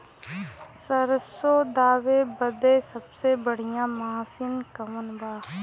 सरसों दावे बदे सबसे बढ़ियां मसिन कवन बा?